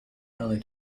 early